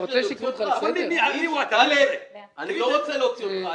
אני לא רוצה להוציא אותך.